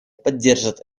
поддержат